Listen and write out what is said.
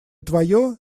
твое